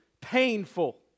painful